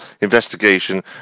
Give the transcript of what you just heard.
investigation